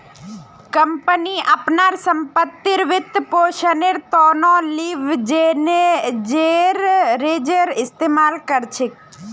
company अपनार संपत्तिर वित्तपोषनेर त न लीवरेजेर इस्तमाल कर छेक